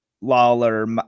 Lawler